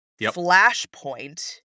flashpoint